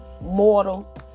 mortal